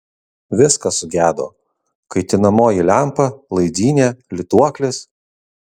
viskas sugedo kaitinamoji lempa laidynė lituoklis